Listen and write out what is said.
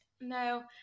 No